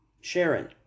Sharon